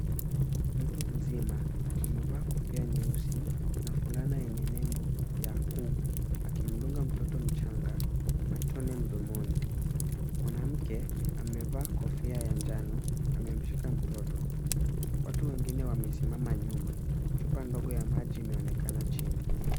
Mtu mzima amevaa kofia nyeusi na fulana yenye nembo ya WHO, akimdunga mtoto mchanga matone mdomoni. Mwanamke amevaa kofia ya njano amemshika mtoto. Watu wengine wamesimama nyuma. Chupa ndogo ya maji imeonekana chini.